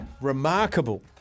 Remarkable